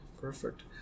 Perfect